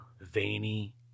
veiny